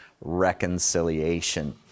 reconciliation